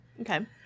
okay